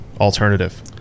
alternative